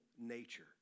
nature